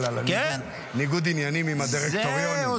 על ניגוד עניינים עם הדירקטוריונים.